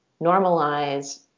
normalize